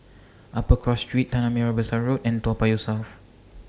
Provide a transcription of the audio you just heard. Upper Cross Street Tanah Merah Besar Road and Toa Payoh South